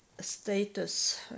status